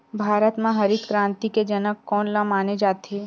भारत मा हरित क्रांति के जनक कोन ला माने जाथे?